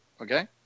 Okay